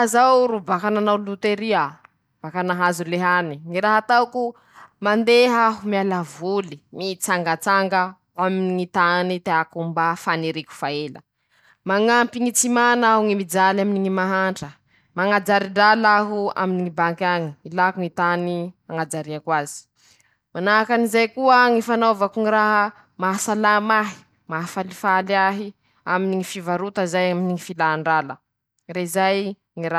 Laha zaho ro farany ñ'olo añabo tany etoy :-ñy raha ataoko, karakarako ñ'aiko, tahiriziko soa ñy fahavelomako ;manahaky anizay ñy filako fomba, hañampiako ñ'aiko no hañavotako azy; mikaroky aho fomba, hamelomako ñ'aiko, manahaky anizay ñy fandiñisako ñy ho avy eo; ahenako ñy tahotse noho ñy fisaiña laliky.